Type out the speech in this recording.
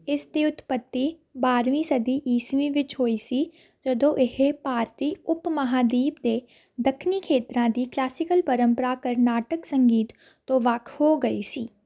ਇਸ ਦੀ ਉਤਪਤੀ ਬਾਰਵੀ ਵੀਂ ਸਦੀ ਈਸਵੀ ਵਿੱਚ ਹੋਈ ਸੀ ਜਦੋਂ ਇਹ ਭਾਰਤੀ ਉਪ ਮਹਾਂਦੀਪ ਦੇ ਦੱਖਣੀ ਖੇਤਰਾਂ ਦੀ ਕਲਾਸੀਕਲ ਪਰੰਪਰਾ ਕਰਨਾਟਕ ਸੰਗੀਤ ਤੋਂ ਵੱਖ ਹੋ ਗਈ ਸੀ